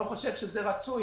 אני לא חושב שהמהלך הזה רצוי,